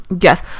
yes